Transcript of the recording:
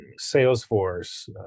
Salesforce